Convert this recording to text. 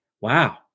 Wow